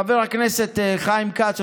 חבר הכנסת חיים כץ,